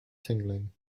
tingling